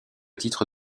titre